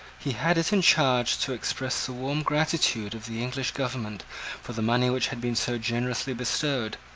he had it in charge to express the warm gratitude of the english government for the money which had been so generously bestowed.